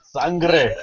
Sangre